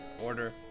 order